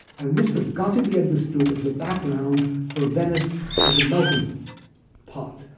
and this has got to be understood as the background for venice as a melting pot.